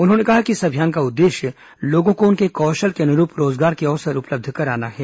उन्होंने कहा कि इस अभियान का उद्देश्य लोगों को उनके कौशल के अनुरूप रोजगार के अवसर उपलब्ध कराना है